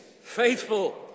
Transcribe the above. faithful